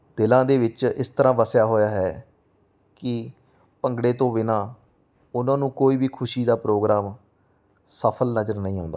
ਦਿਲਾਂ ਦੇ ਵਿਚ ਇਸ ਤਰ੍ਹਾਂ ਵਸਿਆ ਹੋਇਆ ਹੈ ਕਿ ਭੰਗੜੇ ਤੋਂ ਬਿਨਾਂ ਉਹਨਾਂ ਨੂੰ ਕੋਈ ਵੀ ਖੁਸ਼ੀ ਦਾ ਪ੍ਰੋਗਰਾਮ ਸਫਲ ਨਜ਼ਰ ਨਹੀਂ ਆਉਂਦਾ